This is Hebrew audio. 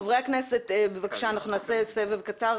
חברי הכנסת בבקשה, נעשה סבב קצר.